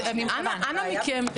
אנא מכם,